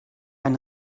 ein